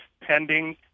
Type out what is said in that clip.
pending